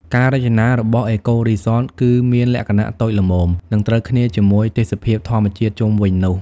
ការរចនារបស់អេកូរីសត គឺមានលក្ខណៈតូចល្មម និងត្រូវគ្នាជាមួយទេសភាពធម្មជាតិជុំវិញនោះ។